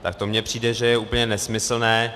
Tak to mně přijde, že je úplně nesmyslné.